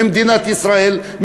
ממדינת ישראל,